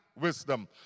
wisdom